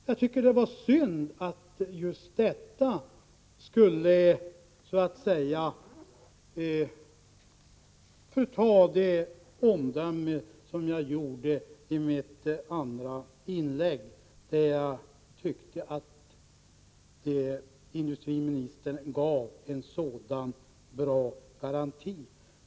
Jag tycker det var synd att detta skulle förta det omdöme som jag fällde i mitt andra inlägg, då jag tyckte att industriministern gav en så bra garanti.